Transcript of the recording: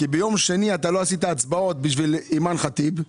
כי ביום שני אתה לא עשית הצבעות בשביל אימאן ח'טיב,